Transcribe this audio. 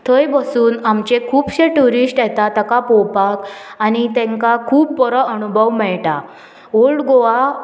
थंय बसून आमचे खुबशे ट्युरिस्ट येता ताका पोवपाक आनी तांकां खूब बरो अणभव मेळटा ओल्ड गोवा